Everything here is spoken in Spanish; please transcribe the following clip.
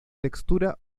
textura